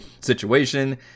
situation